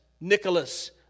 Nicholas